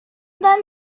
then